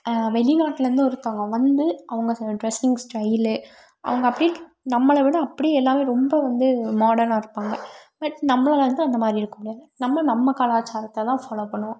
வெளிநாட்லேந்து ஒருத்தவங்க வந்து அவங்க டிரெஸ்ஸிங் ஸ்டைலு அவங்க அப்படி நம்மளை விட அப்படியே எல்லாம் ரொம்ப வந்து மாடனாக இருப்பாங்க பட் நம்மளால் வந்து அந்த மாதிரி இருக்கற முடியாது நம்ம நம்ம கலாச்சாரத்தை தான் ஃபாலோ பண்ணுவோம்